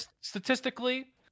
statistically